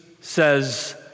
says